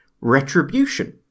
retribution